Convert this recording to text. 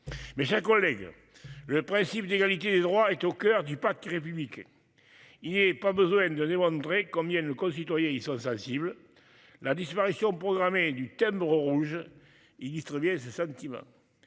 Mais j'ai un collègue le principe d'égalité des droits est au coeur du pacte républicain. Il est pas besoin de démontrer combien de nos concitoyens, ils sont sensibles. La disparition programmée du timbre rouge il distribuait ses sentiments.